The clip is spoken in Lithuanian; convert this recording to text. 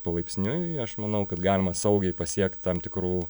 palaipsniui aš manau kad galima saugiai pasiekt tam tikrų